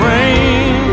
Rain